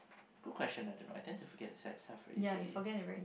good question I don't know I tend to forget sad stuff very easily